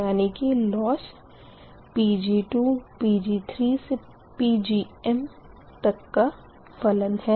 यानी की लोस Pg2Pg3Pgm का फलन है